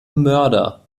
mörder